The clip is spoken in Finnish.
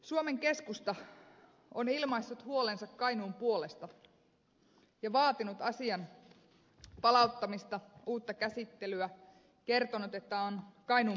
suomen keskusta on ilmaissut huolensa kainuun puolesta ja vaatinut asian palauttamista uutta käsittelyä kertonut että on kainuun puolella